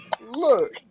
Look